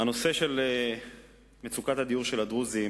הנושא של מצוקת הדיור של הדרוזים